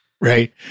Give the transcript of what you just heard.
right